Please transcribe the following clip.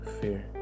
fear